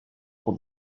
pour